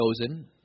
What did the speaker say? chosen